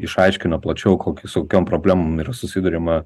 išaiškino plačiau kokį su kokiom problemom yra susiduriama